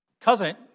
cousin